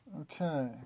Okay